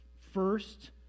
first